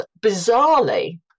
bizarrely